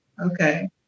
okay